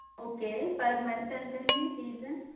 okay per month ఎంతండి fee